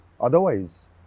otherwise